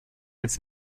als